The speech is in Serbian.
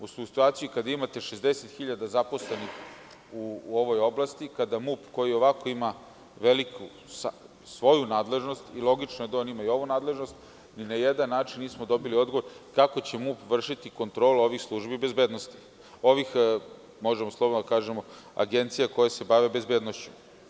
U situaciji kada imate 60 hiljada zaposlenih u ovoj oblasti, kada MUP koji ionako ima veliku svoju nadležnost i logično je da on ima i ovu nadležnost, ni na jedan način nismo dobili odgovor kako će MUP vršiti kontrolu ovih agencija koje se bave bezbednošću.